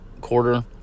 quarter